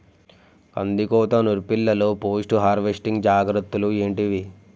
కందికోత నుర్పిల్లలో post harvesting జాగ్రత్తలు ఏంటివి?